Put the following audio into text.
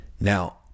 Now